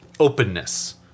Openness